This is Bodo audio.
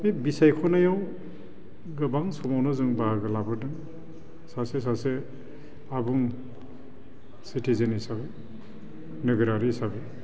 बे बिसायख'थिआव गोबां समावनो जों बाहागो लाबोदों सासे सासे आबुं सिटिजेन हिसाबै नोगोरारि हिसाबै